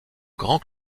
grands